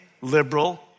liberal